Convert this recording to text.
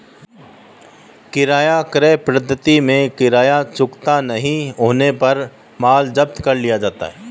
किराया क्रय पद्धति में किराया चुकता नहीं होने पर माल जब्त कर लिया जाता है